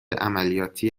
عملیاتی